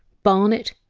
barnet,